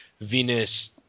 venus